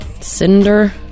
Cinder